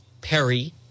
Perry